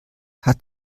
hat